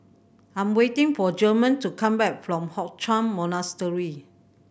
I'm waiting for German to come back from Hock Chuan Monastery